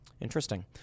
Interesting